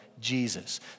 Jesus